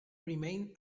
remained